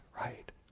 right